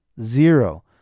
zero